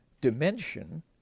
dimension